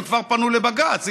הם כבר פנו לבג"ץ.